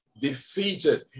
defeated